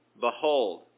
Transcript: Behold